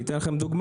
אני אתן לך דוגמה,